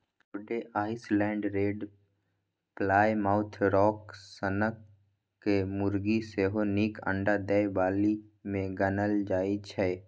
रोडे Island Red, Plymouth Rock सनक मुरगी सेहो नीक अंडा दय बालीमे गानल जाइ छै